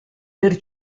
per